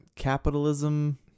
capitalism